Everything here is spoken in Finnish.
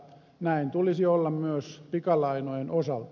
näin tulisi olla myös pikalainojen osalta